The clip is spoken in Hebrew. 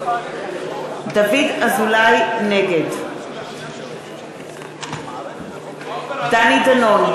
נגד דני דנון,